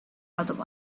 other